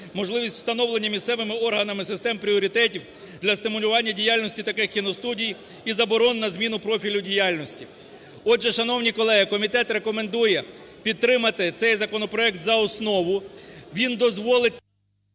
можливість встановлення місцевими органами систем пріоритетів для стимулювання діяльності таких кіностудій і заборону на зміну профілю діяльності. Отже, шановні колеги, комітет рекомендує підтримати цей законопроект за основу. Він дозволить…